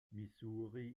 missouri